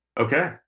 okay